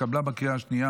התקבלה בקריאה השנייה